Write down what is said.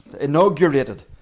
inaugurated